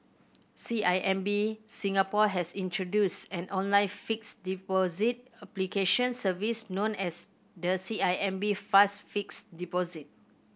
C I M B Singapore has introduced an online fixed deposit application service known as the C I M B Fast Fixed Deposit